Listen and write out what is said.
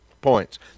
points